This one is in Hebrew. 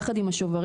יחד עם השוברים,